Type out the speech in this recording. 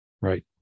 right